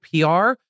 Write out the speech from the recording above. PR